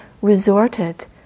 resorted